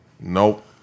Nope